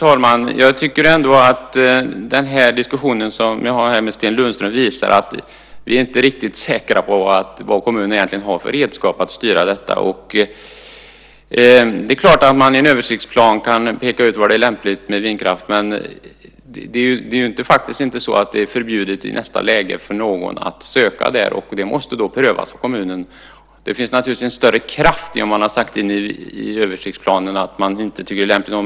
Fru talman! Den diskussion jag har här med Sten Lundström visar att vi inte är riktigt säkra på vilka redskap som kommunen egentligen har för att styra detta. Det är klart att man i en översiktsplan kan peka ut var det är lämpligt med vindkraftverk. Men det är inte förbjudet i nästa läge för någon att söka tillstånd. Det måste prövas av kommunen. Det finns naturligtvis en större kraft i om man har sagt i översiktsplanen att man inte tycker att det är lämpligt.